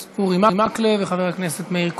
חבר הכנסת באסל גטאס.